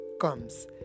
comes